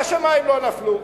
והשמים לא נפלו.